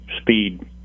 speed